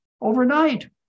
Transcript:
overnight